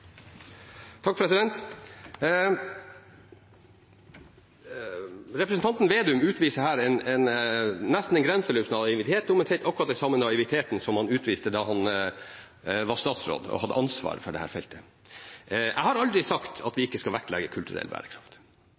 Representanten Slagsvold Vedum utviser her en nesten grenseløs naivitet, omtrent akkurat den samme naiviteten som han utviste da han var statsråd og hadde ansvar for dette feltet. Jeg har aldri sagt at vi ikke skal vektlegge kulturell bærekraft.